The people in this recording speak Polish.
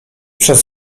przez